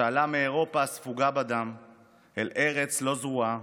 שעלה מאירופה הספוגה בדם אל ארץ לא זרועה,